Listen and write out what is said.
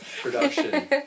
production